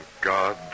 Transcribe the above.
God